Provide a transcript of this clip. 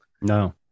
No